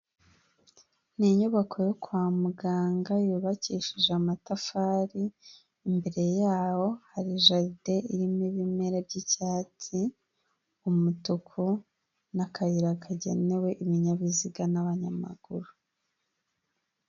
Ni inyubako yo kwa muganga yubakishije amatafari, imbere yabo hari jaride irimo ibimera by'icyatsi, umutuku n'akayira kajyana ibinyabiziga n'abanyamaguru.